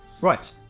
Right